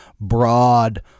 broad